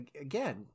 again